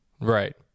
Right